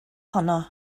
honno